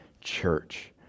church